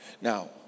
Now